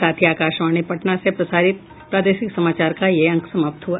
इसके साथ ही आकाशवाणी पटना से प्रसारित प्रादेशिक समाचार का ये अंक समाप्त हुआ